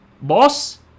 Boss